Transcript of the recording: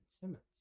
Simmons